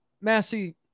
Massey